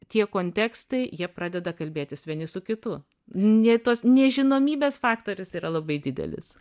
tie kontekstai jie pradeda kalbėtis vieni su kitu nė tos nežinomybės faktorius yra labai didelis